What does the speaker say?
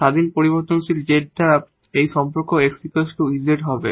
independent variable z দ্বারা এই সম্পর্ক 𝑥 𝑒 𝑧 হবে